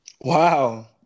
Wow